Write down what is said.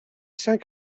saint